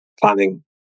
planning